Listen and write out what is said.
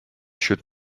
should